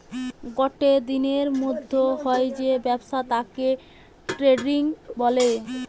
গটে দিনের মধ্যে হয় যে ব্যবসা তাকে দে ট্রেডিং বলে